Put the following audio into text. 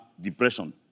depression